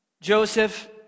Joseph